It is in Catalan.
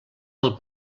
del